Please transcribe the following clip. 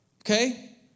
Okay